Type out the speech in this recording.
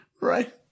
right